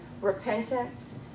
repentance